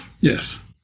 yes